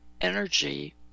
energy